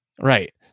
Right